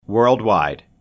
Worldwide